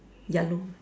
yellow